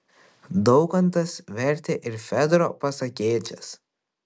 daukantas vertė ir fedro pasakėčias